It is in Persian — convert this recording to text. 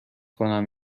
کنم